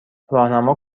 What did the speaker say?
راهنما